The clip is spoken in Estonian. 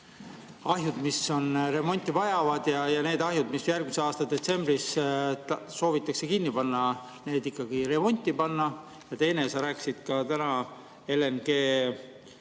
ahjud, mis remonti vajavad, ja need ahjud, mis järgmise aasta detsembris soovitakse kinni panna, ikkagi remonti panema? Ja teine asi, sa rääkisid täna ka